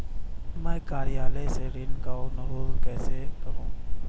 मैं कार्यालय से ऋण का अनुरोध कैसे करूँ?